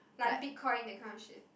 like BitCoin that kind of shit